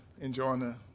enjoying